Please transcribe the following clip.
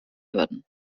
würden